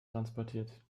transportiert